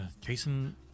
Jason